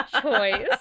choice